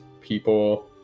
people